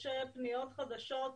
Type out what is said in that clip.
יש פניות חדשות,